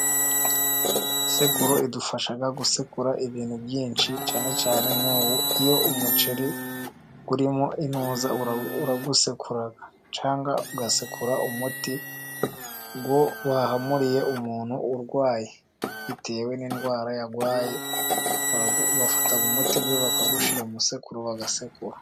Isekuru idufasha gusekura ibintu byinshi, cyane cyane nk'iyo umuceri urimo intuza, urawusekura, cyangwa ugasekura umuti wo bahamuriye umuntu urwaye, bitewe n'indwara yarwaye. bafata umuti we bakawushyira mu sekuru bagasekura.